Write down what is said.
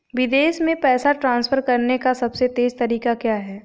विदेश में पैसा ट्रांसफर करने का सबसे तेज़ तरीका क्या है?